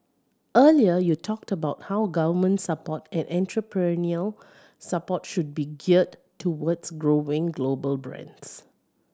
earlier you talked about how government support and entrepreneurial support should be geared towards growing global brands